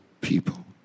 people